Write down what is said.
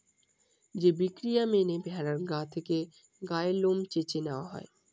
যে প্রক্রিয়া মেনে ভেড়ার গা থেকে গায়ের লোম চেঁছে নেওয়া হয়